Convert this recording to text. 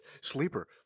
Sleeper